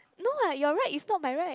no [what] your right is not my right